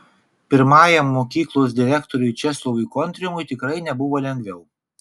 pirmajam mokyklos direktoriui česlovui kontrimui tikrai nebuvo lengviau